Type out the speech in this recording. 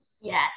Yes